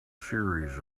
series